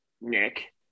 Nick